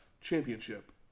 Championship